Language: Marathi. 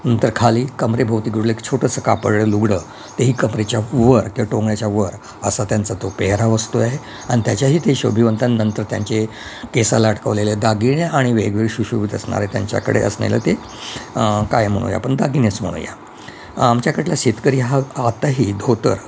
नंतर खाली कमरेभोवती गुंडाळलं एक छोटंसं कापड लुगडं तेही कमरेच्या वर किंवा टोंगण्याच्या वर असा त्यांचा तो पेहराव असतो आहे आणि त्याच्याही ते शोभिवंत नंतर त्यांचे केसाला अडकवलेल्या दागिने आणि वेगवेगळे सुशोभित असणारे त्यांच्याकडे असलेलं ते काय म्हणूया आपण दागिनेच म्हणूया आमच्याकडला शेतकरी हा आताही धोतर